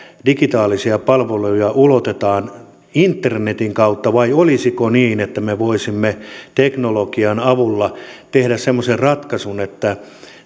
digitaalisia palveluja ulotetaan internetin kautta vai olisiko niin että me voisimme teknologian avulla tehdä semmoisen ratkaisun että